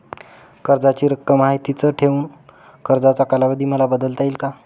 कर्जाची रक्कम आहे तिच ठेवून कर्जाचा कालावधी मला बदलता येईल का?